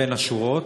בין השורות,